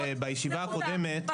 נקודה.